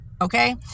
Okay